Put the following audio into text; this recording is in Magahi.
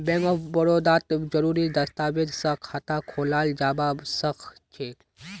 बैंक ऑफ बड़ौदात जरुरी दस्तावेज स खाता खोलाल जबा सखछेक